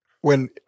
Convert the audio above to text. when-